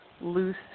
loose